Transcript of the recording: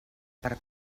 per